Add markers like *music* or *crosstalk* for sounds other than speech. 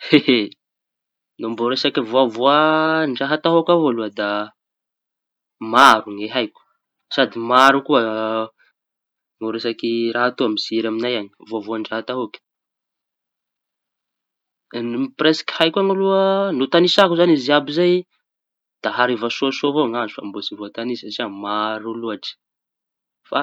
*laughs* No mbô resaky voa voa ndra ataôky aloha da maro ny haiko sady maro koa *hesitation* no resaky raha toa. Mitsiry amiñay añy voavoandraha taoaky no piresaiky ny haiko aloha no tañisako zañy izy jiàby zay. Da hariva soasoa avao ny andro da mbô tsy voatañisa satria maro lôatry. Fa